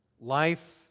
Life